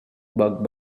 bug